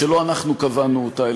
שלא אנחנו קבענו אותה,